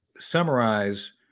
summarize